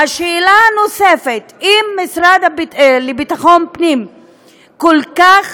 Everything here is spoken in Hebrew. והשאלה הנוספת: אם המשרד לביטחון פנים כל כך,